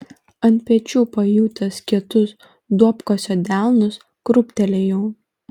ant pečių pajutęs kietus duobkasio delnus krūptelėjau